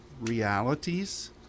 realities